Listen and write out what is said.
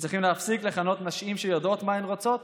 שצריכים להפסיק לכנות נשים שיודעות מה רוצות